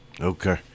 Okay